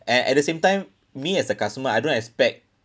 and at the same time me as a customer I don't expect